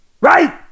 Right